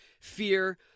fear